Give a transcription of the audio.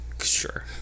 Sure